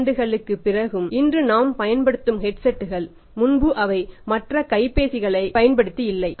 சில ஆண்டுகளுக்கு பிறகு இன்று நாம் பயன்படுத்தும் ஹெட்செட்டுகள் முன்பு அவை மற்ற கைபேசிகளைப் பயன்படுத்தி இல்லை